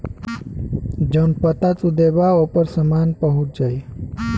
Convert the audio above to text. जौन पता तू देबा ओपर सामान पहुंच जाई